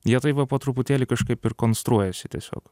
jie taip va po truputėlį kažkaip ir konstruojasi tiesiog